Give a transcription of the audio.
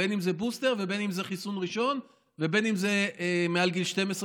בין אם זה בוסטר ובין אם זה חיסון ראשון ובין אם זה מעל גיל 12,